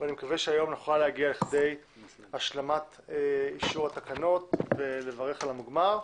ואני מקווה שהיום נוכל להגיע לכדי השלמת אישור התקנות ולברך על המוגמר,